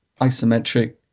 isometric